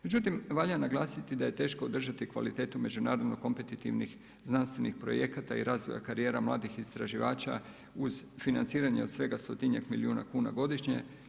Međutim, valja naglasiti da je teško održati kvalitetu međunarodno kompetitivnih znanstvenih projekata i razvoja karijera mladih istraživača uz financiranje od svega stotinjak milijuna kuna godišnje.